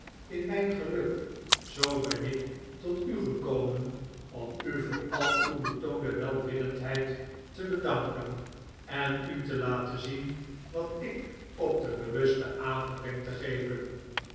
belang stelt inmijngeluk zoo ben ik tot u gekomen om u voor al uwe b'etoonde welwillendheid te bedanken en benefiet in drury la ne u te laten zien wat ik op den bewusten avond denk te geven